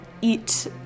eat